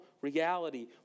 reality